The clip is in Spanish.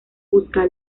busca